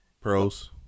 pros